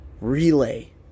relay